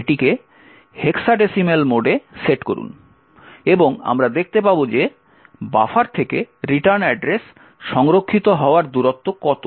এটিকে হেক্সাডেসিমেল মোডে সেট করুন এবং আমরা দেখতে পাব যে বাফার থেকে রিটার্ন অ্যাড্রেস সংরক্ষিত হওয়ার দূরত্ব কত